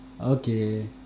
Okay